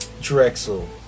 Drexel